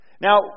Now